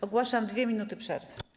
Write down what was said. Ogłaszam 2 minuty przerwy.